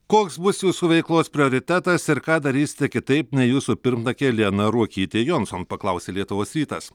koks bus jūsų veiklos prioritetas ir ką darysite kitaip nei jūsų pirmtakė liana ruokytė jonson paklausė lietuvos rytas